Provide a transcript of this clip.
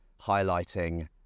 highlighting